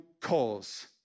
cause